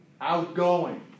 outgoing